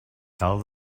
cal